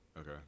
Okay